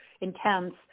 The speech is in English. intense